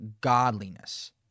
godliness